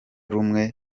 rumwe